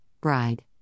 bride